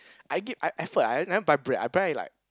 I give I effort eh I never buy bread I buy like